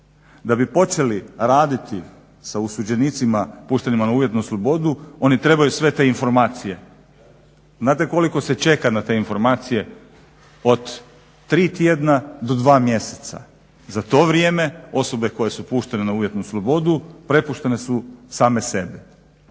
Da bi počeli raditi sa osuđenicima puštenim na uvjetnu slobodu oni trebaju sve te informacije. Znate koliko se čeka na te informacije? Od 3 tjedna do 2 mjeseca. Za to vrijeme osobe koje su puštene na uvjetnu slobodu prepuštene su same sebi.